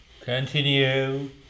continue